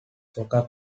soccer